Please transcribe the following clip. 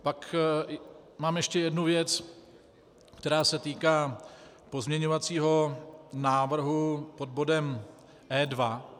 Pak mám ještě jednu věc, která se týká pozměňovacího návrhu pod bodem E2.